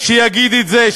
שיגיד את זה,